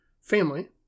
family